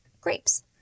grapes